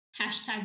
hashtag